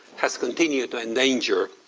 has continued to endanger,